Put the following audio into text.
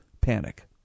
panic